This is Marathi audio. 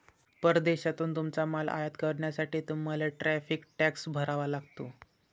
परदेशातून तुमचा माल आयात करण्यासाठी तुम्हाला टॅरिफ टॅक्स भरावा लागतो